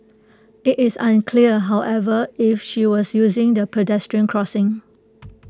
IT is unclear however if she was using the pedestrian crossing